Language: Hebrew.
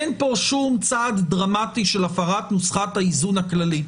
אין פה שום צעד דרמטי של הפרת נוסחת האיזון הכללית,